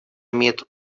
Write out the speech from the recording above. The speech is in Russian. имеет